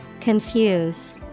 Confuse